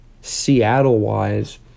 Seattle-wise